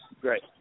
Great